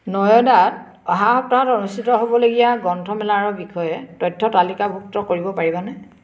নয়দাত অহা সপ্তাহত অনুষ্ঠিত হ'বলগীয়া গ্ৰন্থমেলাৰ বিষয়ে তথ্য তালিকাভুক্ত কৰিব পাৰিবানে